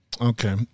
Okay